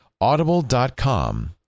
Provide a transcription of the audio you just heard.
Audible.com